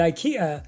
Ikea